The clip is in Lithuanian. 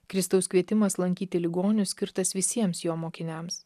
kristaus kvietimas lankyti ligonius skirtas visiems jo mokiniams